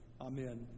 Amen